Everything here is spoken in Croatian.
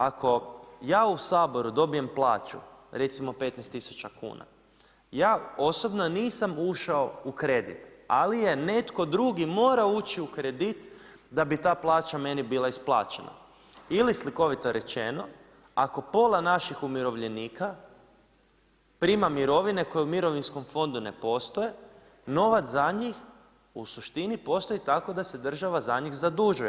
Ako ja u Saboru dobijem plaću recimo 15 tisuća kuna ja osobni nisam ušao u kredit, ali je netko drugi morao ući u kredit da bi ta plaća meni bila isplaćena ili slikovito rečeno, ako pola naših umirovljenika prima mirovine koje u Mirovinskom fondu ne postoje, novac za njih u suštini postoji tako da se država za njih zadužuje.